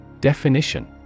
Definition